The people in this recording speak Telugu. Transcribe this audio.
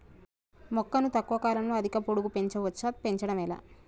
మొక్కను తక్కువ కాలంలో అధిక పొడుగు పెంచవచ్చా పెంచడం ఎలా?